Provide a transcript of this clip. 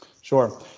Sure